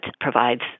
provides